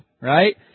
Right